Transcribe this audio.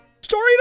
Story